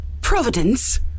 Providence